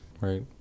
Right